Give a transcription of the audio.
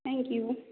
thank you